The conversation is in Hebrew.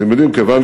אתם יודעים, כיוון